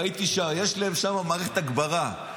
ראיתי שיש להם שם מערכת הגברה.